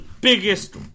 biggest